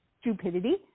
stupidity